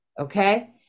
okay